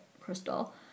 crystal